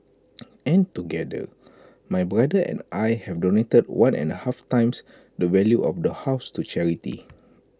and together my brother and I have donated one and A half times the value of the house to charity